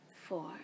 four